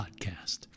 Podcast